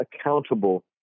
accountable